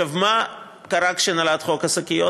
עכשיו, מה קרה כשנולד חוק השקיות?